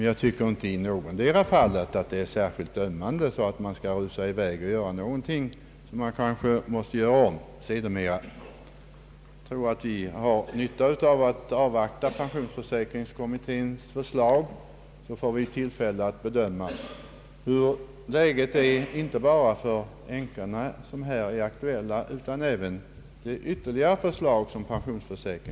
Jag tycker dock inte att någondera fallet är så ömmande att man behöver rusa i väg och göra någonting som kanske måste göras om sedermera. Jag tror att vi har nytta av att avvakta = pensionsförsäkringskommitténs betänkande, så att vi får tillfälle att bedöma hur läget är, inte bara för änkorna, som här är aktuella, utan även på de andra punkter där kommittén kan komma med förslag.